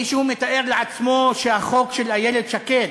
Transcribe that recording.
מישהו מתאר לעצמו שהחוק של איילת שקד,